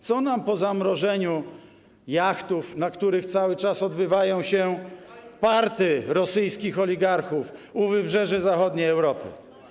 Co nam po zamrożeniu jachtów, na których cały czas odbywają się parties rosyjskich oligarchów u wybrzeży zachodniej Europy?